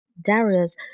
Darius